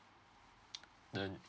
none